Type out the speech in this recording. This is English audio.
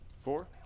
four